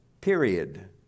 period